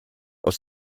aus